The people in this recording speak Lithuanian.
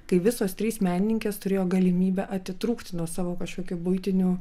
kai visos trys menininkės turėjo galimybę atitrūkti nuo savo kažkokių buitinių